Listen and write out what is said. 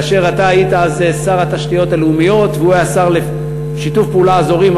כאשר היית שר התשתיות הלאומיות והוא היה שר לשיתוף פעולה אזורי,